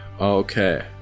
Okay